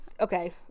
okay